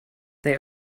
they